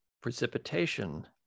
precipitation